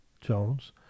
Jones